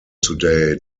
today